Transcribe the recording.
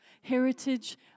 heritage